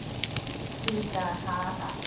ठीकु आहे हा हा